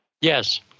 Yes